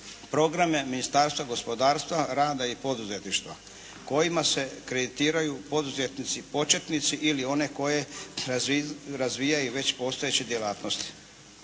programe Ministarstva gospodarstva, rada i poduzetništva kojima se kreditiraju poduzetnici početnici ili one koje razvijaju već postojeće djelatnosti.